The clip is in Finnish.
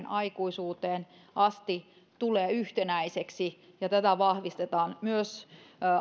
aikuisuuteen asti tulee yhtenäiseksi ja tätä vahvistetaan muun muassa